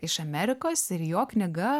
iš amerikos ir jo knyga